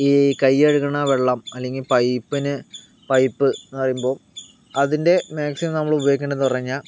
ഈ കൈ കഴുകുന്ന വെള്ളം അല്ലെങ്കിൽ പൈപ്പിന് പൈപ്പ് എന്ന് പറയുമ്പോ അതിൻ്റെ മാക്സിമം നമ്മൾ ഉപയോഗിക്കേണ്ടതെന്ന് പറഞ്ഞ് കഴിഞ്ഞാൽ